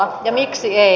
ja miksi ei